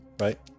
right